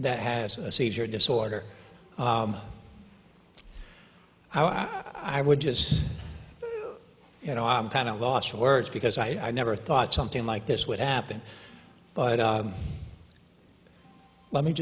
that has a seizure disorder i would just you know i'm kind of lost for words because i never thought something like this would happen but let me